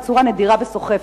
בצורה נדירה וסוחפת,